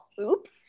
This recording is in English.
Oops